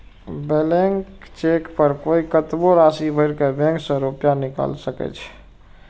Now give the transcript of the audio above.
blank cheque पर कोइ कतबो राशि भरि के बैंक सं रुपैया निकालि सकै छै